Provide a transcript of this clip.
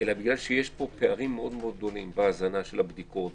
אלא בגלל שיש פה פערים מאוד מאוד גדולים בהזנה של הבדיקות,